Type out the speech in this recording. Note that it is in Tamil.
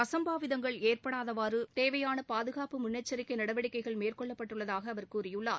அம்பாவிதங்கள் ஏற்படாதவாறுதேவையானபாதுகாப்பு முன்னெச்சரிக்கைநடவடிக்கைகள் மேற்கொள்ளப்பட்டுள்ளதாகஅவர் கூறியுள்ளார்